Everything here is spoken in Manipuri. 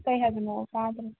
ꯀꯔꯤ ꯍꯥꯏꯕꯅꯣ ꯇꯥꯗ꯭ꯔꯦ